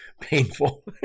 painful